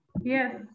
Yes